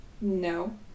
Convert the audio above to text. No